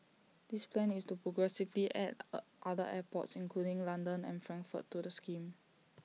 this plan is to progressively add other airports including London and Frankfurt to the scheme